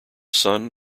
son